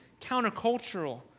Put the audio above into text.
countercultural